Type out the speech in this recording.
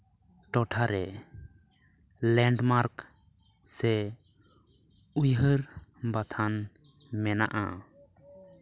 ᱴᱚᱴᱷᱟᱨᱮ ᱞᱮᱱᱰᱢᱟᱨᱠ ᱥᱮ ᱩᱭᱦᱟᱹᱨ ᱵᱟᱛᱷᱟᱱ ᱢᱮᱱᱟᱜᱼᱟ